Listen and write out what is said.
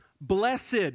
blessed